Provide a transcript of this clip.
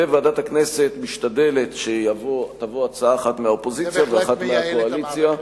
וועדת הכנסת משתדלת שתבוא הצעה אחת מהאופוזיציה ואחת מהקואליציה.